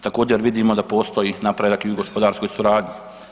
Također vidimo da postoji napredak i u gospodarskoj suradnji.